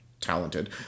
talented